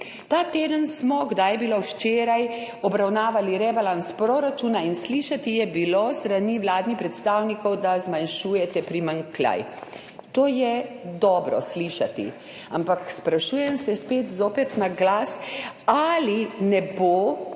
Ta teden smo – kdaj je bilo? – včeraj obravnavali rebalans proračuna in slišati je bilo s strani vladnih predstavnikov, da zmanjšujete primanjkljaj. To je dobro slišati, ampak sprašujem se zopet na glas, ali ne bo